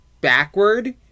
backward